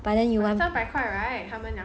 but then you want